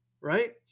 right